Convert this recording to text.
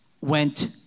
went